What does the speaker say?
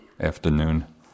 afternoon